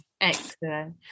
excellent